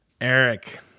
Eric